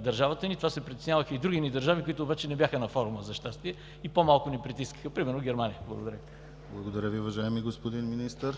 държавата ни. Това се притесняваха и други едни държави, които обаче не бяха на форума, за щастие, и по-малко ни притискаха, примерно Германия. Благодаря. ПРЕДСЕДАТЕЛ ДИМИТЪР ГЛАВЧЕВ: Благодаря Ви, уважаеми господин Министър.